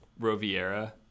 Roviera